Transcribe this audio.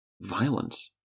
violence